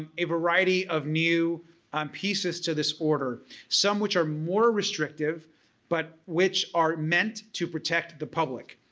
a variety of new um pieces to this order some which are more restrictive but which are meant to protect the public.